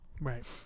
Right